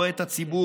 לא את הציבור.